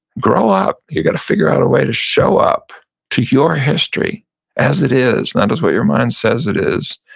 grow up, you gotta figure out a way to show up to your history as it is, not as what your mind says it is,